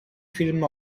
film